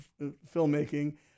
filmmaking